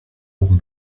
oben